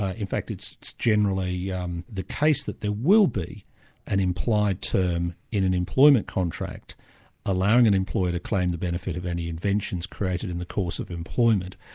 ah in fact it's generally yeah um the case that there will be an implied term term in an employment contract allowing an employer to claim the benefit of any inventions created in the court of employment.